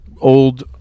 old